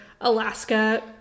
Alaska